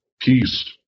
peace